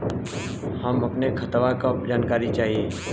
हम अपने खतवा क जानकारी चाही?